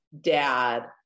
dad